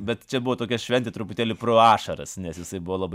bet čia buvo tokia šventė truputėlį pro ašaras nes jisai buvo labai